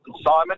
Simon